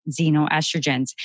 xenoestrogens